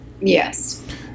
Yes